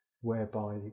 whereby